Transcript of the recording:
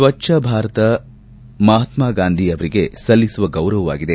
ಸ್ನಚ್ನ ಭಾರತ ಮಹಾತ್ನಗಾಂಧಿ ಅವರಿಗೆ ಸಲ್ಲಿಸುವ ಗೌರವವಾಗಿದೆ